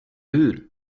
hur